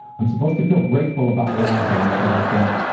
i'm supposed to feel grateful about what i have, but i don't.